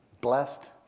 blessed